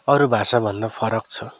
अरू भाषाभन्दा फरक छ